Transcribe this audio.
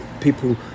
people